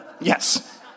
Yes